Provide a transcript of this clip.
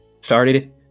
started